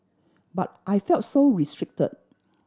but I felt so restricted